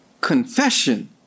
Confession